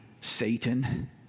Satan